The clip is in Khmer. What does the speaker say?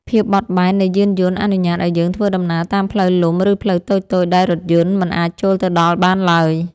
ភាពបត់បែននៃយានយន្តអនុញ្ញាតឱ្យយើងធ្វើដំណើរតាមផ្លូវលំឬផ្លូវតូចៗដែលរថយន្តមិនអាចចូលទៅដល់បានឡើយ។